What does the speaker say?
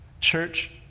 Church